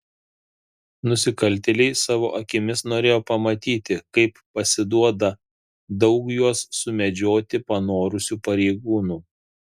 nusikaltėliai savo akimis norėjo pamatyti kaip pasiduoda daug juos sumedžioti panorusių pareigūnų